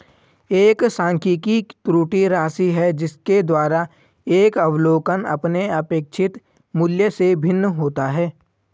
एक सांख्यिकी त्रुटि राशि है जिसके द्वारा एक अवलोकन अपने अपेक्षित मूल्य से भिन्न होता है